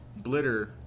Blitter